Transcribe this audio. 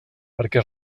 perquè